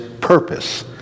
purpose